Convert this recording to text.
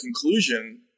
conclusion